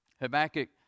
Habakkuk